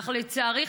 אך לצערי,